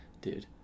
dude